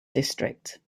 district